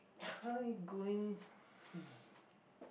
try going